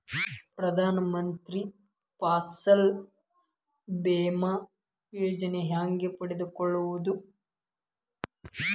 ಪ್ರಧಾನ ಮಂತ್ರಿ ಫಸಲ್ ಭೇಮಾ ಯೋಜನೆ ಹೆಂಗೆ ಪಡೆದುಕೊಳ್ಳುವುದು?